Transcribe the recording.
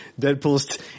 Deadpool's